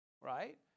Right